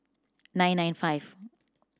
nine nine five